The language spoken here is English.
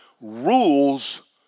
rules